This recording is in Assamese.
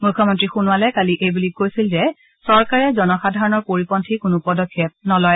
মুখ্যমন্ত্ৰী সোণোৱালে কালি এই বুলি কৈছিল যে চৰকাৰে জনসাধাৰণৰ পৰিপন্থী কোনো পদক্ষেপ নলয়